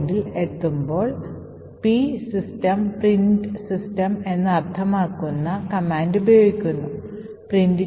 മറുവശത്ത് നിങ്ങൾക്ക് ഒരു സെഗ്മെന്റ് എക്സിക്യൂട്ട് ചെയ്യാൻ കഴിയുമെങ്കിൽ നിങ്ങൾക്ക് ആ പ്രത്യേക സെഗ്മെന്റിലേക്ക് എഴുതാൻ കഴിയില്ല